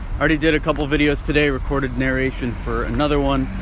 already did a couple videos today, recorded narration for another one.